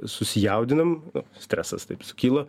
susijaudinam stresas taip sukyla